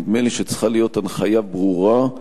נדמה לי שצריכה להיות הנחיה ברורה,